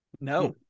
No